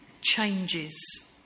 changes